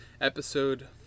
Episode